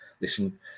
listen